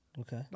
Okay